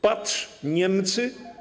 Patrz: Niemcy.